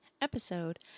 episode